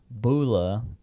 Bula